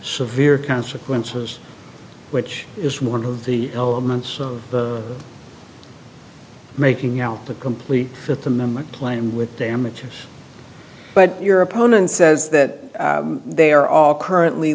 severe consequences which is one of the elements of making out the complete fifth amendment claim with damages but your opponent says that they are all currently